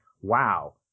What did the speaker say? wow